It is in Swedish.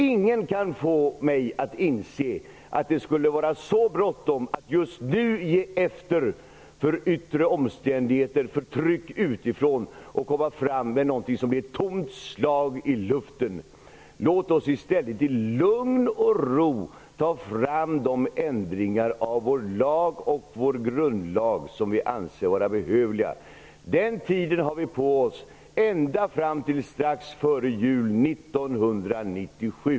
Ingen kan få mig att inse att det skulle vara så bråttom att vi just nu skall ge efter för yttre omständigheter och tryck utifrån för att komma fram till något som är ett tomt slag i luften. Låt oss i stället i lugn och ro ta fram de ändringar av vår lag och vår grundlag som vi anser vara behövliga. Den tiden har vi på oss ända fram till strax före jul 1997.